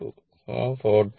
9 o